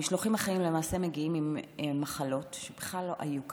המשלוחים החיים למעשה מגיעים עם מחלות שבכלל לא היו כאן,